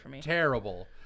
terrible